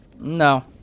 No